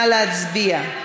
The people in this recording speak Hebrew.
נא להצביע.